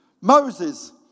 Moses